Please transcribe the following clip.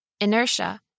inertia